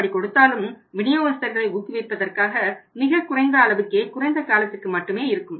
அப்படி கொடுத்தாலும் விநியோகஸ்தர்களை ஊக்குவிப்பதற்காக மிகக் குறைந்த அளவுக்கே குறைந்த காலத்திற்கு மட்டுமே இருக்கும்